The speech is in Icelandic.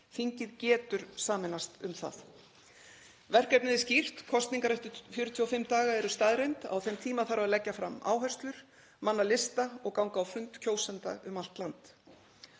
Þingið getur sameinast um það. Verkefnið er skýrt. Kosningar eftir 45 daga er staðreynd. Á þeim tíma þarf að leggja fram áherslur, manna lista og ganga á fund kjósenda um allt land.